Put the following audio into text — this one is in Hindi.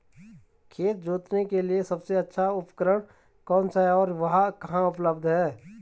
खेत जोतने के लिए सबसे अच्छा उपकरण कौन सा है और वह कहाँ उपलब्ध होगा?